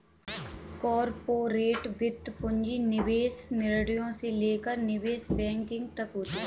corporate वित्त पूंजी निवेश निर्णयों से लेकर निवेश बैंकिंग तक होती हैं